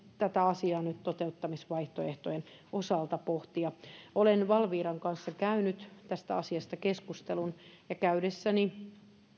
tätä asiaa nyt toteuttamisvaihtoehtojen osalta pohtia olen valviran kanssa käynyt tästä asiasta keskustelun on todettava että käydessäni